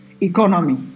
economy